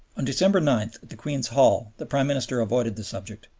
on december nine, at the queen's hall, the prime minister avoided the subject.